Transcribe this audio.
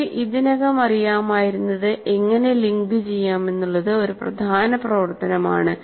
നമുക്ക് ഇതിനകം അറിയാമായിരുന്നത് എങ്ങനെ ലിങ്കുചെയ്യാമെന്നുള്ളത് ഒരു പ്രധാന പ്രവർത്തനമാണ്